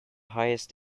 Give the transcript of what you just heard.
highest